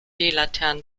laternen